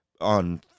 on